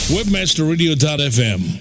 Webmasterradio.fm